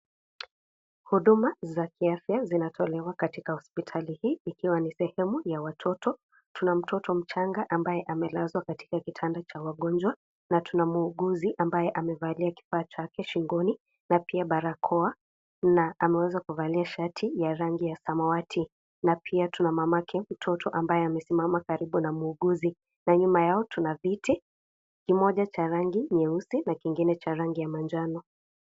Huduma za kiafya zinatolewa katika hospitali hii ikiwa ni sehemu ya watoto. Tuna mtoto mchanga ambaye amelazwa katika kitanda cha wagonjwa na tuna muuguzi ambaye amevalia kifaa chake shingoni na pia barakoa na ameweza kuvalia shati ya rangi ya samawati na pia tuna mamake mtoto ambaye amesimama karibu na muuguzi na nyuma yao tuna viti, kimoja cha rangi nyeusi na kingine cha rangi ya manjano.